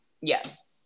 Yes